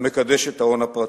המקדש את ההון הפרטי.